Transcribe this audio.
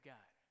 God